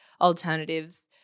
alternatives